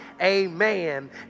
Amen